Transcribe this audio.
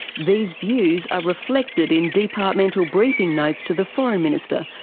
these views are reflected in departmental briefing notes to the foreign minister,